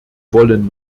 wollen